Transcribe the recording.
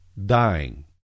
Dying